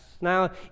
Now